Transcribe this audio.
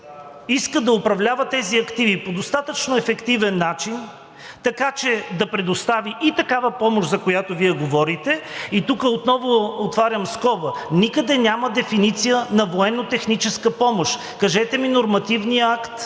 иска да управлява тези активи по достатъчно ефективен начин, така че да предостави и такава помощ, за която Вие говорите, и тук отново отварям скоба, никъде няма дефиниция на военнотехническа помощ. Кажете ми нормативния акт,